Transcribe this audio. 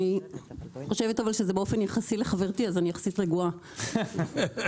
אבל זה באופן יחסי לחברתי אז אני רגועה יחסית.